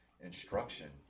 Instruction